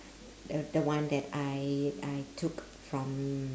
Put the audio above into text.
the the one that I I took from